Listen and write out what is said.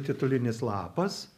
titulinis lapas